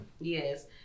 Yes